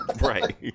Right